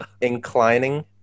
inclining